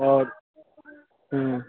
आओर हूँ